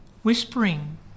whispering